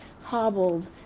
hobbled